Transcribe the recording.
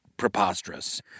preposterous